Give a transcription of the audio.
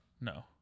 No